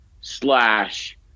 slash